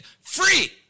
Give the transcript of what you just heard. free